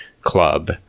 club